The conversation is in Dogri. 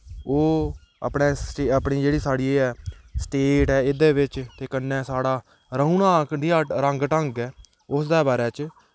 ओह् अपने अपनी जेह्ड़ी साढ़ी एह् ऐ स्टेट ऐ एह्दे बिच्च ते कन्नै साढ़ा कन्नै रौह्ने दा कनेहा रंग ढंग ऐ उसदे बारे च